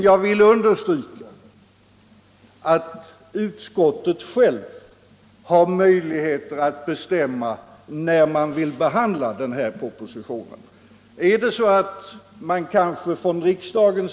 Jag vill dock understryka att utskottet självt har möjlighet att bestämma när det vill behandla propositionerna.